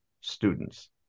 students